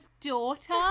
daughter